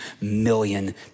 million